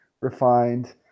refined